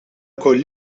wkoll